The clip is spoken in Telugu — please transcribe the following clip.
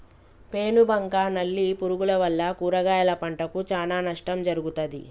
పేను బంక నల్లి పురుగుల వల్ల కూరగాయల పంటకు చానా నష్టం జరుగుతది